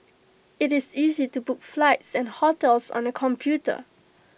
IT is easy to book flights and hotels on the computer